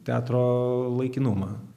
teatro laikinumą